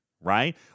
right